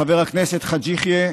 חברי חבר הכנסת חאג' יחיא,